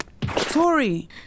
Tori